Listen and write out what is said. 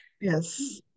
Yes